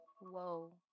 whoa